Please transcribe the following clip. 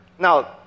Now